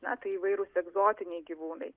na tai įvairūs egzotiniai gyvūnai